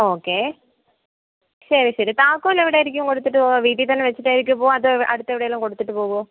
okay ശരി ശരി താക്കോൽ എവിടെ ആയിരിക്കും കൊടുത്തിട്ട് പോവുക വീട്ടീൽത്തന്നെ വെച്ചിട്ടായിരിക്കുമോ പോവുക അതോ അടുത്ത് എവിടെ എങ്കിലും കൊടുത്തിട്ട് പോവുമോ